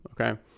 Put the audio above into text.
okay